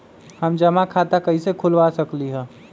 हम जमा खाता कइसे खुलवा सकली ह?